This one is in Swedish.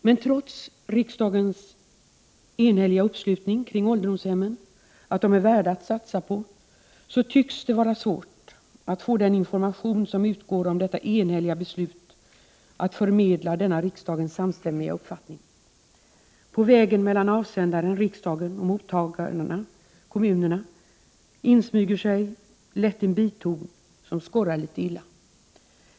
Men trots riksdagens enhälliga uppslutning kring ålderdomshemmen, om att de är värda att satsa på, tycks det vara svårt att i den information som utgår om detta enhälliga beslut förmedla denna riksdagens samstämmiga uppfattning. På vägen mellan avsändaren, riksdagen, och mottagarna, kommunerna, insmyger sig lätt en biton som skorrar litet illa.